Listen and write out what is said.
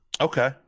Okay